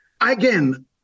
Again